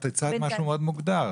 את הצעת משהו מאוד מוגדר,